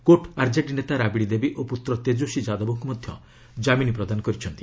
court RJD ନେତା ରାବିଡି ଦେବୀ ଓ ପୁତ୍ର ତେଜସ୍ୱୀ ଯାଦବଙ୍କୁ ମଧ୍ୟ ଜାମିନ ପ୍ରଦାନ କରିଛନ୍ତି